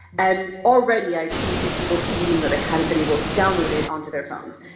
and already i've seen some people tweeting that they haven't been able to download it onto their phones.